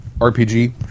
RPG